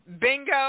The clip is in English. Bingo